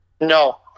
No